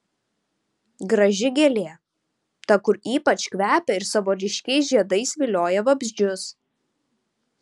graži gėlė ta kur ypač kvepia ir savo ryškiais žiedais vilioja vabzdžius